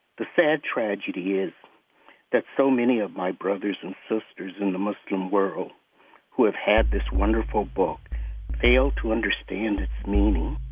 the sad tragedy is that so many of my brothers and sisters in the muslim world who have had this wonderful book fail to understand meaning